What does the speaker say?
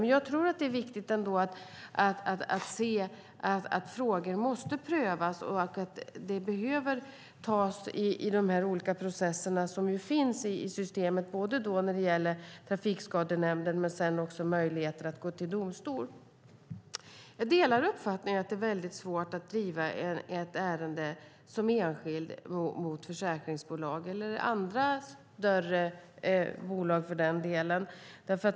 Men jag tror att det ändå är viktigt att se att frågor måste prövas och att detta behöver tas i de olika processer som finns i systemet, både när det gäller Trafikskadenämnden och möjligheter att gå till domstol. Jag delar uppfattningen att det är väldigt svårt att som enskild driva ett ärende mot försäkringsbolag eller andra större bolag för den delen.